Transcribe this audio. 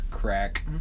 crack